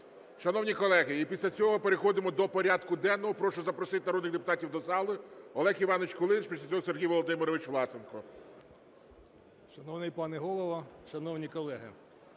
Шановні колеги, і після цього переходимо до порядку денного. Прошу запросити народних депутатів до зали. Олег Іванович Кулініч. Після цього Сергій Володимирович Власенко. 12:22:22 КУЛІНІЧ О.І. Шановний пане голово, шановні колеги,